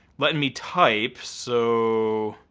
let me type. so,